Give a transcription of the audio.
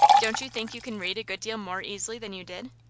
don't you think you can read a good deal more easily than you did?